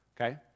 okay